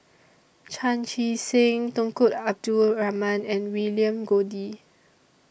Chan Chee Seng Tunku Abdul Rahman and William Goode